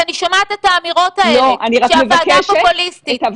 אני שומעת את האמירות האלה, כי הוועדה פופוליסטית.